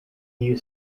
you